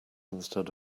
instead